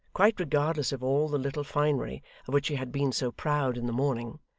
quite regardless of all the little finery of which she had been so proud in the morning,